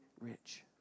rich